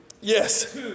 Yes